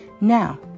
Now